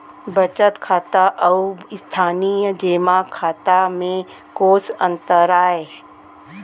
बचत खाता अऊ स्थानीय जेमा खाता में कोस अंतर आय?